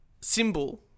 symbol